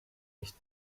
nicht